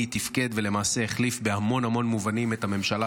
תפקד ולמעשה החליף בהמון המון מובנים את הממשלה,